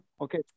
Okay